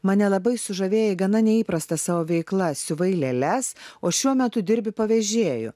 mane labai sužavėjai gana neįprasta savo veikla siuvai lėles o šiuo metu dirbi pavėžėju